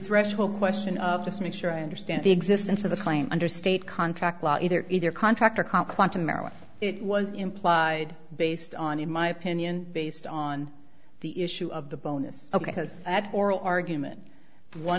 threshold question of just make sure i understand the existence of the claim under state contract law either either contract or compliment to marilyn it was implied based on in my opinion based on the issue of the bonus ok cuz i had oral argument one